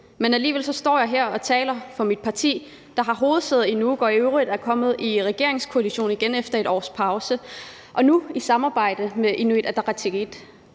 men alligevel står jeg her og taler for mit parti, der har hovedsæde i Nuuk og i øvrigt er kommet i regeringskoalition igen efter et års pause og nu i samarbejde med Inuit Ataqatigiit.